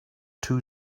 two